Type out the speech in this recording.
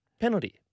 penalty